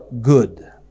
good